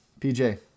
PJ